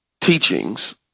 teachings